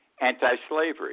anti-slavery